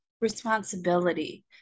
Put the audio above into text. responsibility